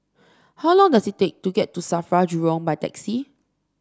how long does it take to get to Safra Jurong by taxi